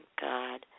God